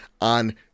on